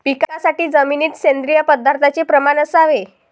पिकासाठी जमिनीत सेंद्रिय पदार्थाचे प्रमाण असावे